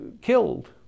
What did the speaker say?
killed